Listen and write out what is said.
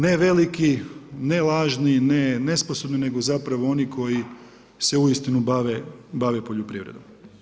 Ne veliki, ne lažni, ne nesposobni, nego zapravo oni koji se uistinu bave poljoprivredom.